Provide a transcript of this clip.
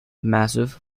massive